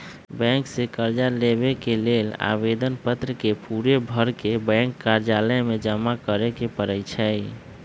bank से कर्जा लेबे के लेल आवेदन पत्र के पूरे भरके बैंक कर्जालय में जमा करे के परै छै